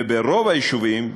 וברוב היישובים,